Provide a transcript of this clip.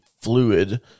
fluid